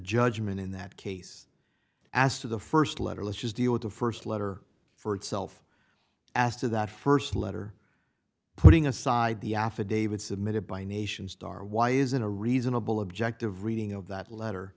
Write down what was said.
judgment in that case as to the st letter let's just deal with the st letter for itself as to that st letter putting aside the affidavit submitted by nations darr why isn't a reasonable objective reading of that letter